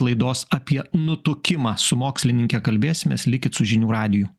laidos apie nutukimą su mokslininke kalbėsimės likit su žinių radiju